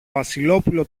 βασιλόπουλο